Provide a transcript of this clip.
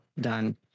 done